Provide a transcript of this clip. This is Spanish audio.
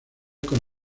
con